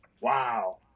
wow